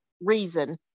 reason